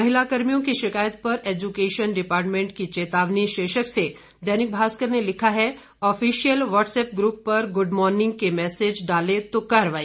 महिला कर्मियों की शिकायत पर ऐजुकेशन डिपार्टमेंट की चेतावनी शीर्षक से दैनिक भास्कर ने लिखा है ऑफिशियल वॉटसएप ग्रुप पर गुड मॉर्निंग के मैसेज डाले तो कार्रवाई